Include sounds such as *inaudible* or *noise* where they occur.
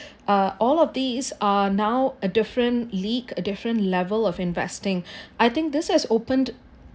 ah all of these are now a different lead a different level of investing *breath* I think this has opened